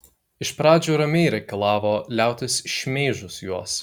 iš pradžių ramiai reikalavo liautis šmeižus juos